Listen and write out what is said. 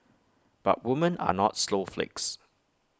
but women are not snowflakes